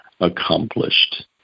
accomplished